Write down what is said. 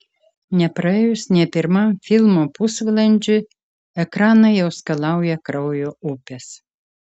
nepraėjus nė pirmam filmo pusvalandžiui ekraną jau skalauja kraujo upės